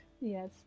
Yes